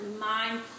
mind